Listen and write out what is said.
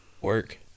work